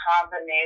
combination